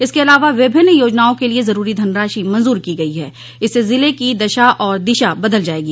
इसके अलावा विभिनन योजनाओं के लिए जरूरी धनराशि मंजूर की गई है इसस जिले की दशा और दिशा बदल जायेगी